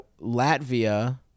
Latvia